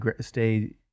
stay